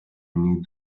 need